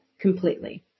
completely